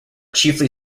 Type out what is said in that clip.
chiefly